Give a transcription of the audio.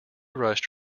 rushed